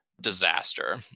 disaster